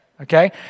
Okay